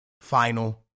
final